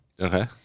Okay